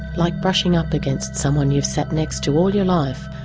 like brushing up against someone you've sat next to all your life,